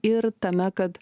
ir tame kad